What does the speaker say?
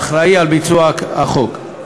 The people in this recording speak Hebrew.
האחראי לביצוע החוק.